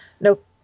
nope